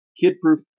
kid-proof